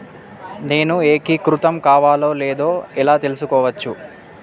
నేను ఏకీకృతం కావాలో లేదో ఎలా తెలుసుకోవచ్చు?